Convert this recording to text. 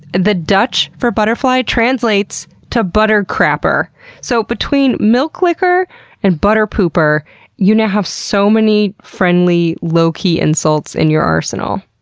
the dutch for butterfly translates to butter crapper so between milk-licker and butter pooper you now have so many friendly, low key insults in your arsenal.